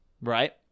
Right